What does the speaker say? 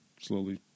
slowly